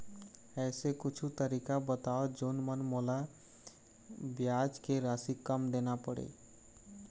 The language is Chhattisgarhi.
ऐसे कुछू तरीका बताव जोन म मोला ब्याज के राशि कम देना पड़े?